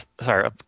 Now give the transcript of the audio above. Sorry